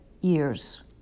years